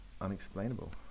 unexplainable